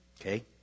Okay